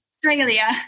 Australia